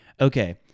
okay